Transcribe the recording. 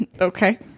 Okay